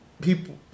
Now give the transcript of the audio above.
people